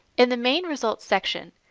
in the main results section,